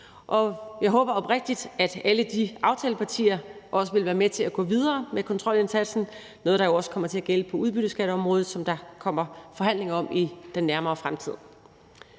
Jeg håber oprigtigt, at alle de aftalepartier også vil være med til at gå videre med kontrolindsatsen. Det er noget, der jo også kommer til at gælde på udbytteskatområdet, som der kommer forhandlinger om i den nærmere fremtid.